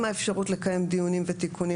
עם אפשרות לקיים דיונים ולהגיש תיקונים